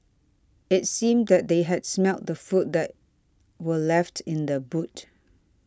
it seemed that they had smelt the food that were left in the boot